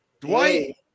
Dwight